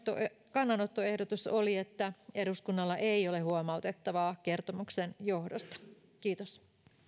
kannanottoehdotus oli että eduskunnalla ei ole huomautettavaa kertomuksen johdosta kiitos